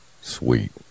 Sweet